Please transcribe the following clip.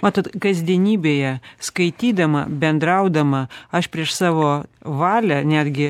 matot kasdienybėje skaitydama bendraudama aš prieš savo valią netgi